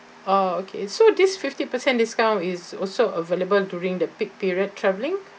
oh okay so this fifty percent discount is also available during the peak period travelling